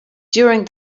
during